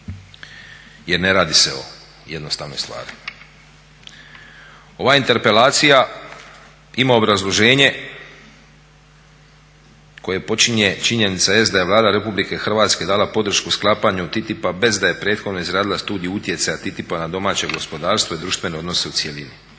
jer ne radi se o jednostavnoj stvari. Ova interpelacija ima obrazloženje koje počinje, činjenica jest da je Vlada RH dala podršku sklapanju TTIP-a bez da je prethodno izradila studiju utjecaja TTIP-a na domaće gospodarstvo i društvene odnose u cjelini.